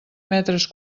metres